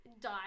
die